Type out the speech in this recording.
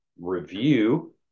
review